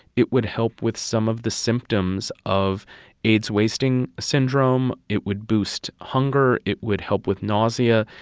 it would help with some of the symptoms of aids wasting syndrome. it would boost hunger. it would help with nausea.